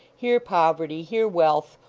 here poverty, here wealth,